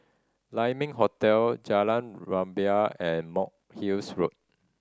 Lai Ming Hotel Jalan Rumbia and Monk Hill's Road